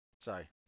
Sorry